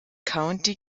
county